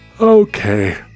Okay